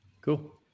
Cool